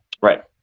right